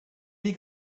wie